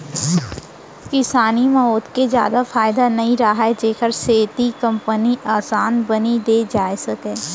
किसानी म ओतेक जादा फायदा नइ रहय जेखर सेती कंपनी असन बनी दे जाए सकय